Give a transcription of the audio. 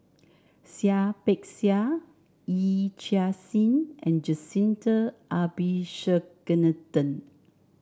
Seah Peck Seah Yee Chia Hsing and Jacintha Abisheganaden